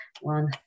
one